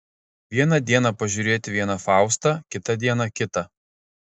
vieną dieną pažiūrėti vieną faustą kitą dieną kitą